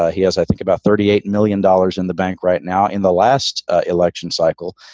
ah he has, i think, about thirty eight million dollars in the bank right now in the last election cycle.